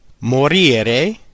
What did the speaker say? Morire